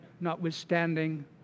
notwithstanding